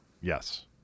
Yes